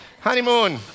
Honeymoon